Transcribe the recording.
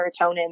serotonin